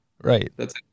Right